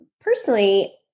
personally